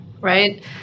right